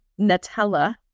Nutella